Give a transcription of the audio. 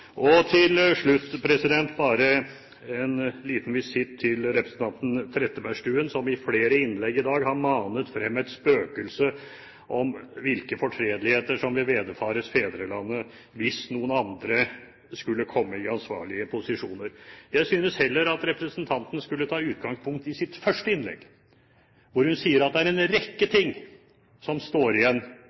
har. Til slutt bare en liten visitt til representanten Trettebergstuen, som i flere innlegg i dag har manet frem et spøkelse om hvilke fortredeligheter som vil vederfares fedrelandet hvis noen andre skulle komme i ansvarlige posisjoner. Jeg synes at representanten heller skulle ta utgangspunkt i sitt første innlegg, hvor hun sier at det er en rekke ting som